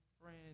friend